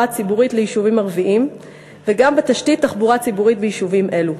הציבורית ליישובים ערביים וגם בתשתית תחבורה ציבורית ביישובים אלו.